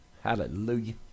Hallelujah